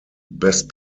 best